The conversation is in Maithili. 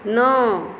नओ